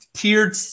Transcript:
tiered